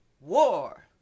war